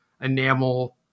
enamel